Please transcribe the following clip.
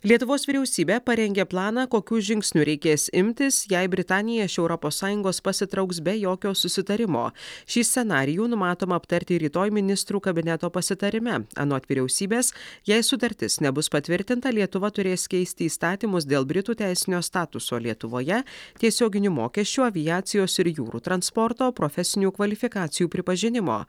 lietuvos vyriausybė parengė planą kokių žingsnių reikės imtis jei britanija iš europos sąjungos pasitrauks be jokio susitarimo šį scenarijų numatoma aptarti rytoj ministrų kabineto pasitarime anot vyriausybės jei sutartis nebus patvirtinta lietuva turės keisti įstatymus dėl britų teisinio statuso lietuvoje tiesioginių mokesčių aviacijos ir jūrų transporto profesinių kvalifikacijų pripažinimo